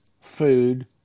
food